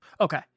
Okay